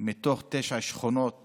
מתוך תשע שכונות